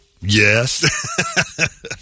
Yes